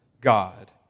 God